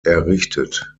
errichtet